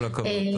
כל הכבוד.